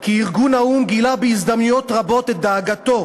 כי ארגון האו"ם גילה בהזדמנויות רבות את דאגתו,